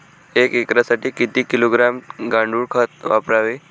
एक एकरसाठी किती किलोग्रॅम गांडूळ खत वापरावे?